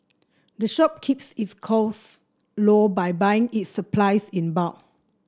the shop keeps its costs low by buying its supplies in bulk